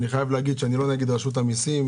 אני חייב להגיד שאני לא רשות המסים.